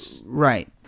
Right